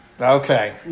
Okay